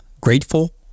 grateful